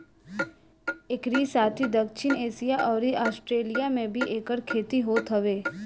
एकरी साथे दक्षिण एशिया अउरी आस्ट्रेलिया में भी एकर खेती होत हवे